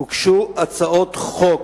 הוגשו הצעות חוק,